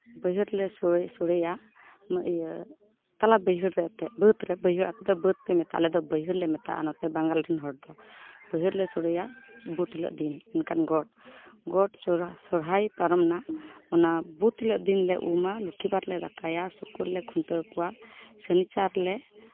ᱵᱟᱹᱭᱦᱟᱹᱲ ᱨᱮᱞᱮ ᱥᱚᱲᱮᱭᱟ ᱚᱱᱟ ᱤᱭᱟᱹ ᱛᱟᱞᱟ ᱵᱟᱹᱭᱦᱟᱹᱲ ᱨᱮ ᱮᱱᱛᱮᱫ ᱵᱟᱹᱫᱽ ᱨᱮ ᱵᱟᱹᱫᱽ ᱨᱮ ᱟᱯᱮ ᱫᱚ ᱵᱟᱹᱫᱽ ᱯᱮ ᱢᱮᱛᱟᱜᱼᱟ ᱟᱞᱮ ᱫᱚ ᱵᱟᱹᱭᱦᱟᱹᱲ ᱞᱮ ᱢᱮᱛᱟᱜᱼᱟ ᱱᱚᱛᱮ ᱵᱟᱝᱟᱞ ᱨᱮᱱ ᱦᱚᱲ ᱫᱚ ᱵᱟᱹᱭᱦᱟᱹᱲ ᱨᱮᱞᱮ ᱥᱚᱲᱮᱭᱟ ᱵᱩᱫᱽ ᱦᱤᱞᱟᱹᱜ ᱫᱤᱱ ᱢᱮᱱᱠᱷᱟᱱ ᱜᱚᱴ ᱜᱚᱴ ᱥᱚᱨᱼᱥᱚᱨᱦᱟᱭ ᱯᱟᱨᱚᱢᱱᱟ ᱚᱱᱟ ᱵᱩᱛ ᱦᱤᱞᱟᱹᱜ ᱫᱤᱱ ᱞᱮ ᱩᱢᱟ ᱞᱚᱠᱠᱷᱤ ᱵᱟᱨ ᱨᱮᱞᱮ ᱫᱟᱠᱟᱭᱟ ᱥᱩᱠᱩᱞ ᱞᱮ ᱠᱷᱩᱱᱴᱟᱹᱣ ᱠᱚᱣᱟ ᱥᱩᱱᱤ ᱪᱟᱨ ᱞᱮ